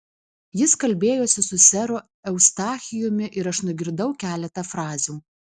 jis kalbėjosi su seru eustachijumi ir aš nugirdau keletą frazių